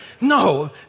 No